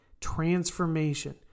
transformation